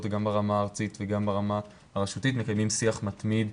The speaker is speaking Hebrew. וגם ברמה הארצית וגם ברמה הרשותית מקיימים שיח מתמיד,